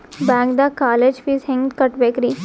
ಬ್ಯಾಂಕ್ದಾಗ college fees ಹೆಂಗ್ ಕಟ್ಟ್ಬೇಕ್ರಿ?